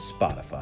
Spotify